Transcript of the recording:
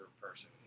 person